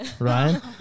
right